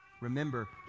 Remember